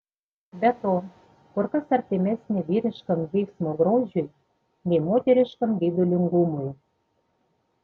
be to kur kas artimesnė vyriškam veiksmo grožiui nei moteriškam geidulingumui